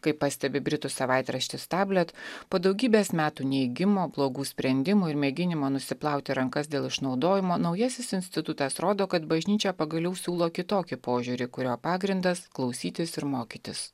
kaip pastebi britų savaitraštis tablet po daugybės metų neigimo blogų sprendimų ir mėginimo nusiplauti rankas dėl išnaudojimo naujasis institutas rodo kad bažnyčia pagaliau siūlo kitokį požiūrį kurio pagrindas klausytis ir mokytis